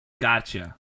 Gotcha